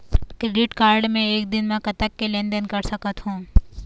Credit card मे एक दिन म कतक के लेन देन कर सकत हो?